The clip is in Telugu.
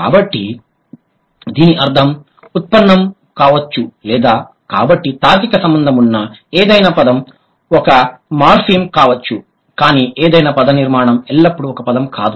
కాబట్టి దీని అర్థం ఉత్పన్నం కావచ్చు లేదా కాబట్టి తార్కిక సంబంధం ఉన్న ఏదైనా పదం ఒక మార్ఫిమ్ కావచ్చు కానీ ఏదైనా పదనిర్మాణం ఎల్లప్పుడూ ఒక పదం కాదు